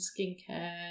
skincare